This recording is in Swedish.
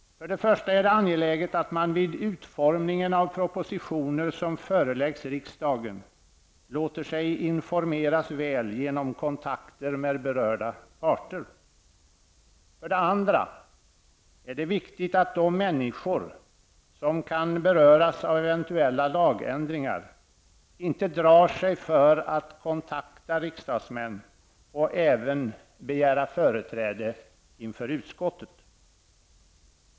För det första är det angeläget att man vid utformningen av propositioner som föreläggs riksdagen låter sig informeras väl genom kontakter med berörda parter. För det andra är det viktigt att de människor som kan beröras av eventuella lagändringar inte drar sig för att kontakta riksdagsmän och även begära företräde inför utskottet.